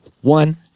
one